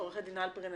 עו"ד הלפרין,